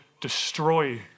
destroy